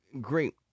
great